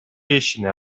ишине